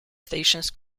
stations